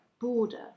border